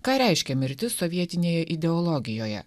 ką reiškia mirtis sovietinėje ideologijoje